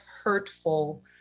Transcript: hurtful